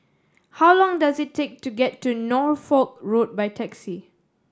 how long does it take to get to Norfolk Road by taxi